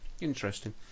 interesting